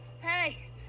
hey